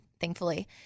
Thankfully